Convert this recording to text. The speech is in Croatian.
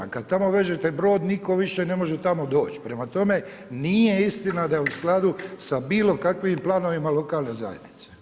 Kad tamo vežete brod nitko više ne može tamo doć, prema tome nije istina da je u skladu sa bilo kakvim planovima lokalne zajednice.